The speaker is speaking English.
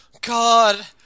God